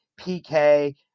PK